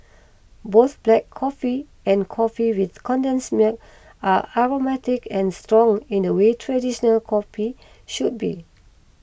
both black coffee and coffee with condensed milk are aromatic and strong in the way traditional coffee should be